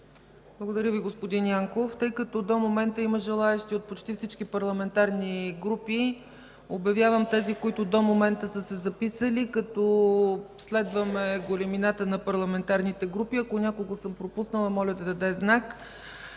Благодаря Ви, господин Янков. Тъй като до момента има желаещи за изказване от почти всички парламентарни групи, обявявам тези, които до момента са се записали, като следваме големината на парламентарните групи. Ако някого съм пропуснала, моля да даде знак.